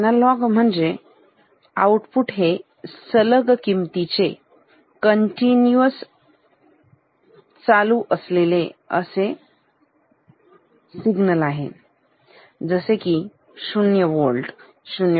analogue म्हणजे output हे सलग किमतीचे कंटिन्यूअस किंमत चालू किंमत आहे जसे की 0 वोल्ट 0